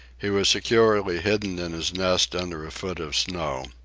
he was securely hidden in his nest under a foot of snow.